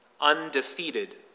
undefeated